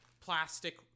plastic